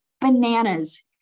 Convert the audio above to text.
bananas